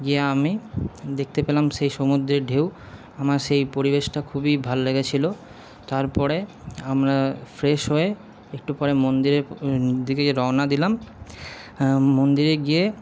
গিয়ে আমি দেখতে পেলাম সেই সমুদ্রের ঢেউ আমার সেই পরিবেশটা খুবই ভাল লেগেছিলো তারপরে আমরা ফ্রেশ হয়ে একটু পরে মন্দিরের দিকে রওনা দিলাম মন্দিরে গিয়ে